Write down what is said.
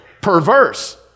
perverse